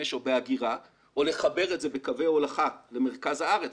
או באגירה או לחבר את זה בקווי הולכה למרכז הארץ,